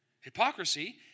Hypocrisy